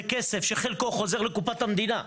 זה כסף שחלקו חוזר לקופת המדינה.